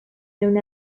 known